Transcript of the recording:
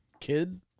kid